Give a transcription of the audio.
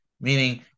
Meaning